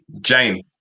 Jane